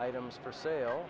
items for sale